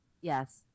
Yes